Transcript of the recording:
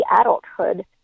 adulthood